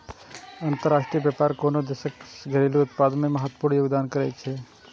अंतरराष्ट्रीय व्यापार कोनो देशक सकल घरेलू उत्पाद मे महत्वपूर्ण योगदान करै छै